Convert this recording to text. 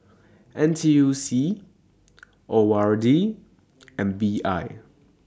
N T U C O R D and I B